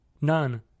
None